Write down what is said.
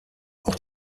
auch